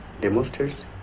demonstrates